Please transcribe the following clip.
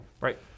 Right